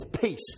peace